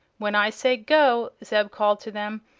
when i say go! zeb called to them,